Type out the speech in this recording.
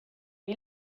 die